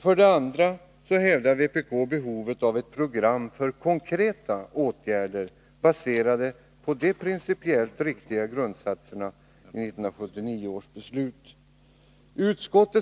För det andra hävdar vpk behovet av ett program för konkreta åtgärder baserade på de principiellt riktiga grundsatserna i 1979 års beslut.